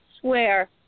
swear